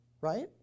right